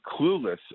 clueless